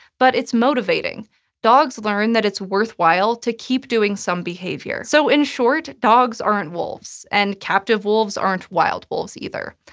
but it's motivating dogs learn that it's worthwhile to keep doing some behavior. so, in short, dogs aren't wolves, and captive wolves aren't wild wolves, either.